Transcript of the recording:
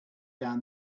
down